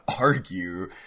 argue